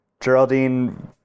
Geraldine